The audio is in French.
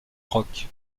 rock